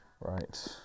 right